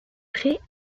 prêt